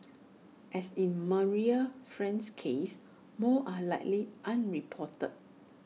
as in Marie's friend's case more are likely unreported